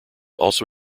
also